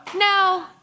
Now